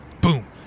boom